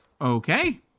Okay